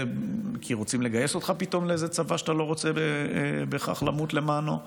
כי רוצים לגייס אותך פתאום לאיזה צבא שאתה לא רוצה בהכרח למות למענו.